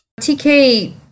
TK